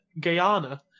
Guyana